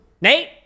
Nate